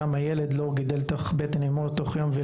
וגם ילד לא גדל בבטן אימו תוך יום,